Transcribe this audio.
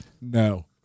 no